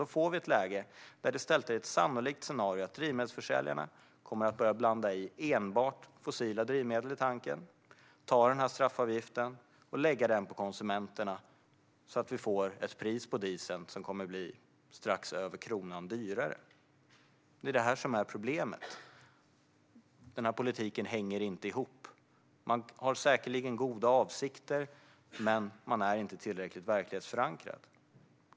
Då får vi ett läge där det i stället är ett sannolikt scenario att drivmedelsförsäljarna kommer att börja blanda enbart fossila drivmedel i tanken och ta straffavgiften och lägga den på konsumenterna. Då får vi ett pris på diesel som blir strax över kronan dyrare. Det är det som är problemet. Politiken hänger inte ihop. Man har säkerligen goda avsikter, men man är inte tillräckligt verklighetsförankrad.